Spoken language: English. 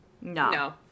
no